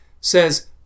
says